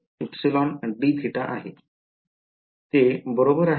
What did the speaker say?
ते बरोबर आहे का